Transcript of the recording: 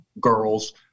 girls